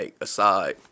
aside